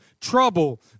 trouble